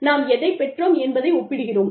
நாம் எதைப் பெற்றோம் என்பதை ஒப்பிடுகிறோம்